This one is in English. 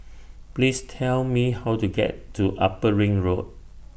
Please Tell Me How to get to Upper Ring Road